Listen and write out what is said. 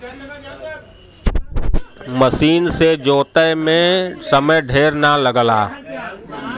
मसीन से जोते में समय ढेर ना लगला